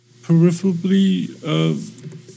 Peripherally